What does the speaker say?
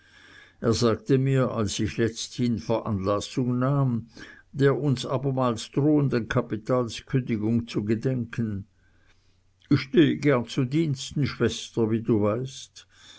er sagte mir als ich letzthin veranlassung nahm der uns abermals drohenden kapitalskündigung zu gedenken ich stehe gern zu diensten schwester wie du weißt